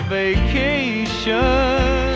vacation